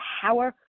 power